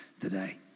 today